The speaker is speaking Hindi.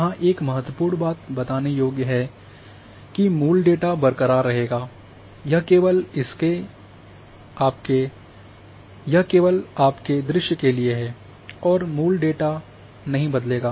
यहां एक महत्वपूर्ण बात बताने योग्य है कि मूल डेटा बरकरार रहेगा यह केवल इसके आपके दृश्य के लिए है और मूल डेटा नहीं बदलेगा